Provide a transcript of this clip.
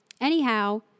Anyhow